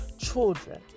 children